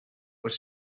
was